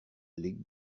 les